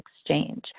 exchange